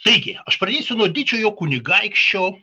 taigi aš pradėsiu nuo didžiojo kunigaikščio